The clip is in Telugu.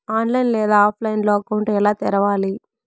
ఆన్లైన్ లేదా ఆఫ్లైన్లో అకౌంట్ ఎలా తెరవాలి